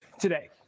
Today